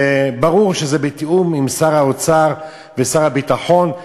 וברור שזה בתיאום עם שר האוצר ושר הביטחון.